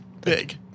big